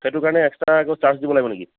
সেইটোৰ কাৰণে এক্সট্ৰা আকৌ চাৰ্জ দিব লাগিব নেকি